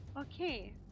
okay